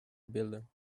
building